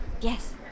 Yes